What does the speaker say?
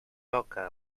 toca